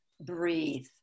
breathe